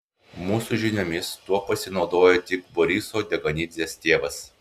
mūsų žiniomis tuo pasinaudojo tik boriso dekanidzės tėvas